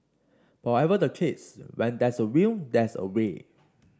but whatever the case when there's a will there's a way